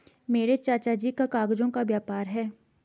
मेरे चाचा जी का कागजों का व्यापार है